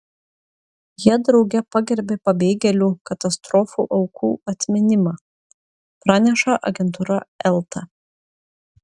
jie drauge pagerbė pabėgėlių katastrofų aukų atminimą praneša agentūra elta